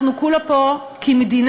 אנחנו כולה פה כמדינה,